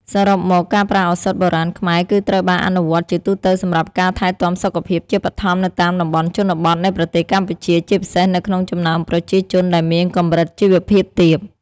សរុបមក ការប្រើឱសថបុរាណខ្មែរគឺត្រូវបានអនុវត្តជាទូទៅសម្រាប់ការថែទាំសុខភាពជាបឋមនៅតាមតំបន់ជនបទនៃប្រទេសកម្ពុជា ជាពិសេសនៅក្នុងចំណោមប្រជាជនដែលមានកម្រិតជីវភាពទាប